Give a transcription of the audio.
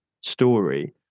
story